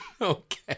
Okay